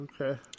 Okay